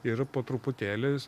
ir po truputėlį